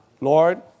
Lord